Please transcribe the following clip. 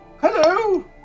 Hello